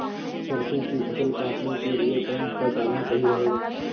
सरसो की फसल काटने के लिए कौन सा साधन सही रहेगा?